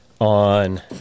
on